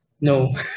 no